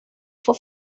fue